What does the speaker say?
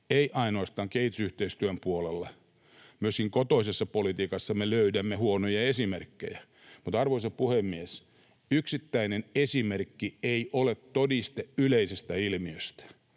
ei ainoastaan kehitysyhteistyön puolella, vaan myöskin kotoisesta politiikastamme löydämme huonoja esimerkkejä. Mutta, arvoisa puhemies, yksittäinen esimerkki ei ole todiste yleisestä ilmiöstä,